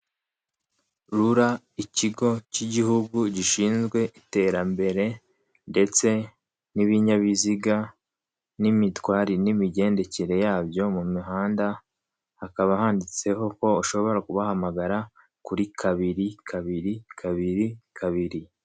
Rura ikigo cy'igihugu gishinzwe iterambere ndetse n'ibinyabiziga, n'imitwari n'imigendekere yabyo mu mihanda. Hakaba handitseho ko ushobora kubahamagara kuri kabiri, kabiri, kabiri, kabiri.